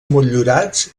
motllurats